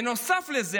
נוסף לזה,